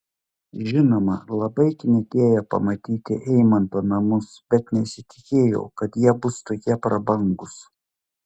žinoma labai knietėjo pamatyti eimanto namus bet nesitikėjau kad jie bus tokie prabangūs